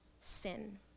sin